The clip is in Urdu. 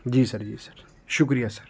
جی سر جی سر شکریہ سر